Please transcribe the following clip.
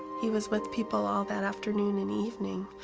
he was with people all that afternoon and evening.